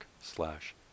slash